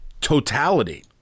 totality